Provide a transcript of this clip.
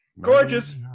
Gorgeous